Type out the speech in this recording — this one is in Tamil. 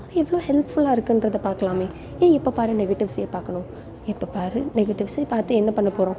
அது எவ்வளோ ஹெல்ப்ஃபுல்லாக இருக்குன்றதை பார்க்கலாமே ஏன் எப்போ பார் நெகட்டிவ்ஸே பார்க்கணும் எப்போ பார் நெகட்டிவ்ஸே பார்த்து என்ன பண்ணப் போகிறோம்